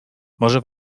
może